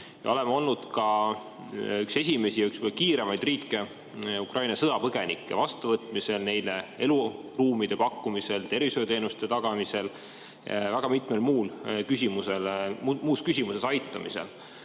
Me oleme olnud ka üks esimesi ja üks kiiremaid riike Ukraina sõjapõgenike vastuvõtmisel, neile eluruumide pakkumisel, tervishoiuteenuste tagamisel, väga mitmes muus küsimuses aitamisel.